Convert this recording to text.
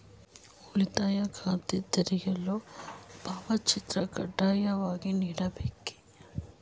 ಉಳಿತಾಯ ಖಾತೆ ತೆರೆಯಲು ಭಾವಚಿತ್ರ ಕಡ್ಡಾಯವಾಗಿ ನೀಡಬೇಕೇ?